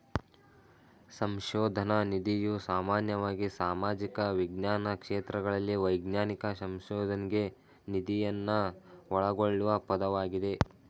ಸಂಶೋಧನ ನಿಧಿಯು ಸಾಮಾನ್ಯವಾಗಿ ಸಾಮಾಜಿಕ ವಿಜ್ಞಾನ ಕ್ಷೇತ್ರಗಳಲ್ಲಿ ವೈಜ್ಞಾನಿಕ ಸಂಶೋಧನ್ಗೆ ನಿಧಿಯನ್ನ ಒಳಗೊಳ್ಳುವ ಪದವಾಗಿದೆ